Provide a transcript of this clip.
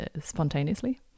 spontaneously